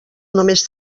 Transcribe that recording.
només